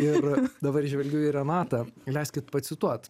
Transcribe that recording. ir dabar žvelgiu į renatą leiskit pacituot